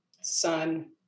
son